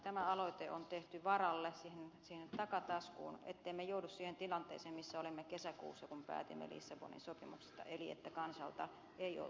tämä aloite on tehty varalle siihen takataskuun ettemme joudu siihen tilanteeseen missä olimme kesäkuussa kun päätimme lissabonin sopimuksesta eli missä kansalta ei ollut asiasta kysytty